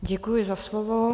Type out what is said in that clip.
Děkuji za slovo.